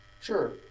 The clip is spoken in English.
Sure